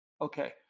Okay